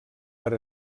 per